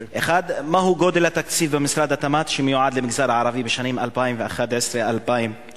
1. מהו התקציב במשרד התמ"ת שמיועד למגזר הערבי לשנים 2011 2012?